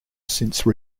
since